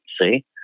see